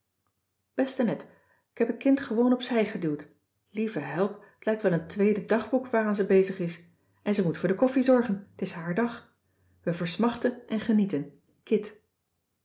beste net ik heb t kind gewoon op zij geduwd lieve help t lijkt wel een tweede dagboek waaraan ze bezig is en zij moet voor de koffie zorgen t is haar dag we versmachten en genieten